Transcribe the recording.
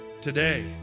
Today